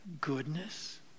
goodness